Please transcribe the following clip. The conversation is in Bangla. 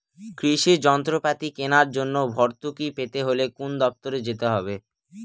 কৃষি যন্ত্রপাতি কেনার জন্য ভর্তুকি পেতে হলে কোন দপ্তরে যেতে হবে?